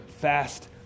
fast